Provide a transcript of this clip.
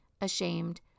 ashamed